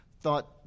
thought